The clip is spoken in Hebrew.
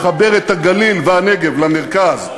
לחבר את הגליל והנגב למרכז,